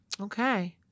Okay